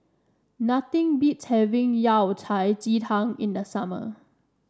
nothing beats having Yao Cai Ji Tang in the summer